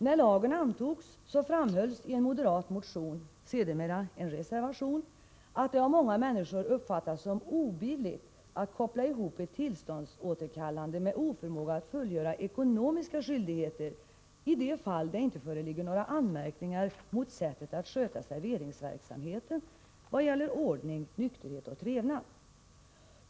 När lagen antogs framhölls i en moderat motion — sedermera en reservation — att det av många människor uppfattas som obilligt att koppla ihop ett tillståndsåterkallande med oförmåga att fullgöra ekonomiska skyldigheter i de fall det inte föreligger några anmärkningar mot sättet att sköta serveringsverksamheten i vad gäller ordning, nykterhet och trevnad.